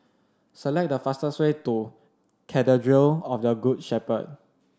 select the fastest way to Cathedral of the Good Shepherd